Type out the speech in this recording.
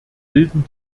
bilden